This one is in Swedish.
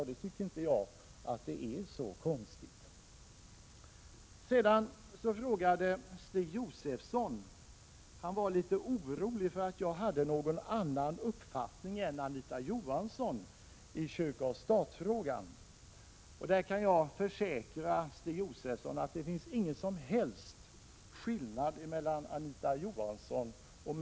Det tycker jag inte är så konstigt. Stig Josefson var litet orolig över att jag skulle ha en annan uppfattning än Anita Johansson i kyrka-stat-frågan. Jag kan försäkra honom att Anita Johansson och jag inte har några som helst skilda uppfattningar i den frågan.